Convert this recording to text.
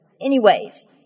Anyways